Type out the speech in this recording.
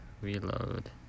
reload